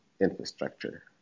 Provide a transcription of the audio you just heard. infrastructure